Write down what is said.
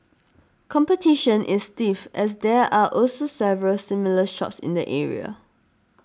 competition is stiff as there are also several similar shops in the area